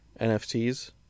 NFTs